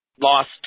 lost